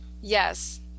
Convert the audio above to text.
yes